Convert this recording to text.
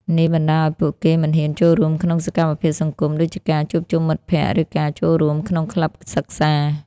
នេះបណ្ដាលឲ្យពួកគេ មិនហ៊ានចូលរួមក្នុងសកម្មភាពសង្គម ដូចជាការជួបជុំមិត្តភក្ដិ ឬការចូលរួមក្នុងក្លឹបសិក្សា។